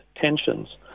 tensions